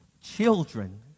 Children